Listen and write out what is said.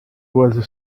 was